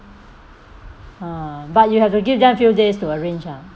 ah but you have to give them a few days to arrange ah